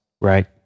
Right